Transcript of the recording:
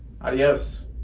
adios